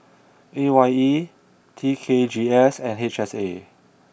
A Y E T K G S and H S A